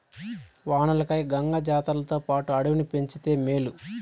వానలకై గంగ జాతర్లతోపాటు అడవిని పంచితే మేలు